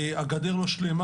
הגדר לא שלמה.